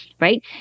Right